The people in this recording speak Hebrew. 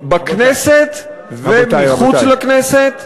בכנסת ומחוץ לכנסת.